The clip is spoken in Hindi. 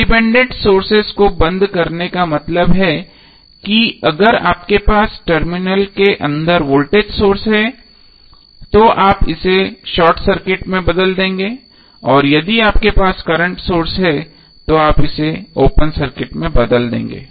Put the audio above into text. इंडिपेंडेंट सोर्सेस को बंद करने का मतलब है कि अगर आपके पास टर्मिनल के अंदर वोल्टेज सोर्स है तो आप इसे शॉर्ट सर्किट से बदल देंगे और यदि आपके पास करंट सोर्स है तो आप इसे ओपन सर्किट से बदल देंगे